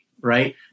right